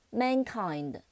mankind